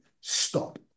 stop